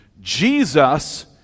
Jesus